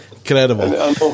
incredible